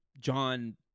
John